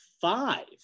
five